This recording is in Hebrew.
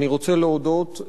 תודה רבה לך,